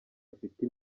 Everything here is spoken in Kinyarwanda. afite